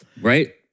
right